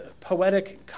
poetic